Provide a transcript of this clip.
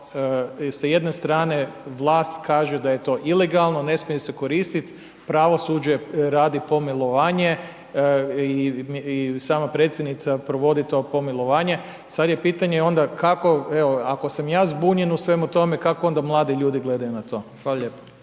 sa jedne strane vlast kaže da je to ilegalno, ne smije se koristiti, pravosuđe radi pomilovanje i sama predsjednica provodi to pomilovanje. Sada je pitanje onda kako, evo, ako sam ja zbunjen u svemu tome, kako onda mladi ljudi gledaju na to? Hvala lijepo.